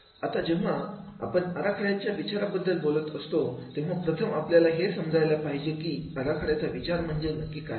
आता आता जेव्हा आपण पण आराखड्याच्या विचारा बद्दल बोलत असतो तेव्हा प्रथम आपल्याला हे समजायला पाहिजे की आराखड्याचा विचार म्हणजे नक्की काय